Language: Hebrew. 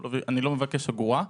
אני לא מבקש אגורה.